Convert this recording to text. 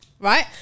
right